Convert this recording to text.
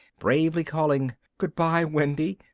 bravely calling, good-bye wendy!